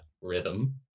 rhythm